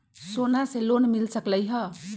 सोना से लोन मिल सकलई ह?